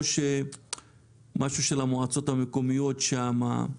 או משהו של המועצות המקומיות שם.